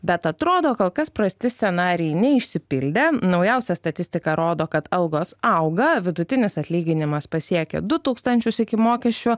bet atrodo kol kas prasti scenarijai neišsipildė naujausia statistika rodo kad algos auga vidutinis atlyginimas pasiekia du tūkstančius iki mokesčių